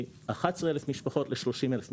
מ-11 אלף משפחות ל-30 אלף משפחות,